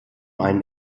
einen